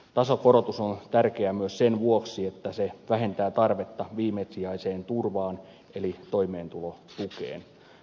tasokorotus on tärkeä myös sen vuoksi että se vähentää tarvetta viimesijaiseen turvaan eli toimeentulotukeen